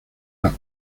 las